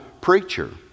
preacher